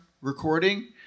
recording